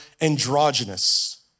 androgynous